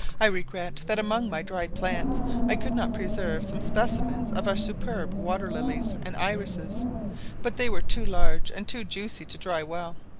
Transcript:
i regret that among my dried plants i could not preserve some specimens of our superb water-lilies and irises but they were too large and too juicy to dry well.